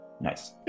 Nice